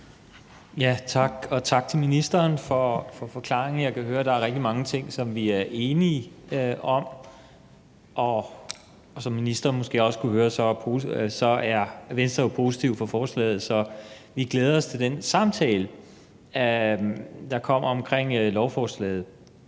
(V): Tak, og tak til ministeren for forklaringen. Jeg kan høre, at der er rigtig mange ting, som vi er enige om, og som ministeren måske også kunne høre, er Venstre jo positive over for forslaget. Så vi glæder os til den samtale, der kommer omkring lovforslaget.